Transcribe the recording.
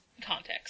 context